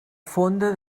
fonda